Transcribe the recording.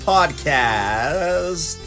Podcast